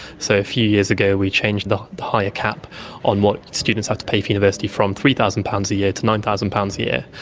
so a few years ago we changed the higher cap on what students have to pay for university from three thousand pounds a year to nine thousand pounds a year,